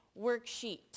worksheet